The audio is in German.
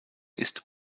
ist